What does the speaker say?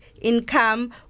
income